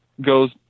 goes